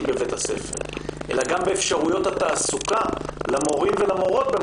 בבית הספר אלא גם באפשרויות התעסוקה למורים ולמורות בממלכתי-חרדי.